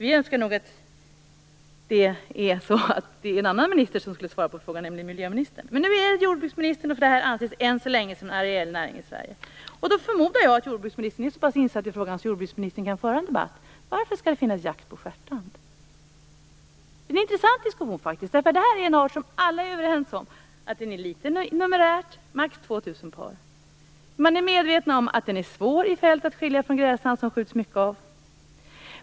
Vi önskar att det vore en annan minister som skulle svara på frågan, nämligen miljöministern. Men nu är det jordbruksmninistern eftersom det här än så länge anses vara en areell näring i Sverige. Då förmodar jag att jordbruksministern är så pass insatt i frågan att hon kan föra en debatt. Varför skall det finnas jakt på stjärtand? Det är faktiskt en intressant diskussion. Alla är nämligen överens om att den här arten är numerärt liten. Det finns max 2 000 par. Man är medveten om att den är svår att skilja i fält från gräsand, som det skjuts mycket av.